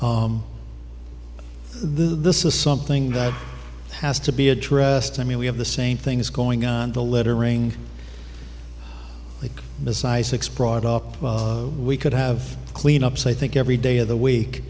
miscarrying this is something that has to be addressed i mean we have the same things going on the littering like the size six brought up we could have clean ups i think every day of the week